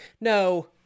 No